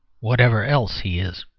whatever else he is.